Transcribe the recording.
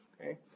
Okay